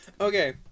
Okay